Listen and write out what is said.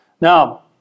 Now